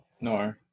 no